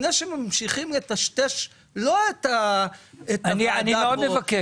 לפני שממשיכים לטשטש לא את הוועדה כאן